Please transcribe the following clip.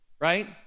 right